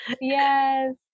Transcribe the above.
Yes